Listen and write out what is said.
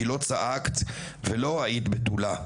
כי לא צעקת ולא היית בתולה /